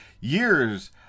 years